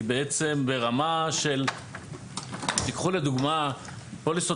היא בעצם ברמה של תקחו לדוגמה פוליסות